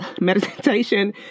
meditation